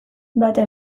bata